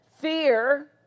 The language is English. Fear